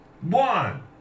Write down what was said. one